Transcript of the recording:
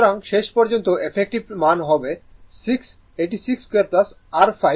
সুতরাং শেষ পর্যন্ত ইফেক্টিভ মান হবে 6 এটি 62 r 5 √22